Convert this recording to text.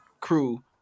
crew